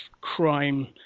crime